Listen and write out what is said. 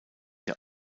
der